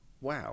Wow